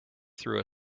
threw